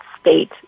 state